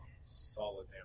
Solid